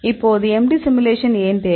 இப்போது MD simulation ஏன் தேவை